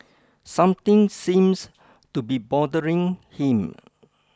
something seems to be bothering him